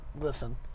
Listen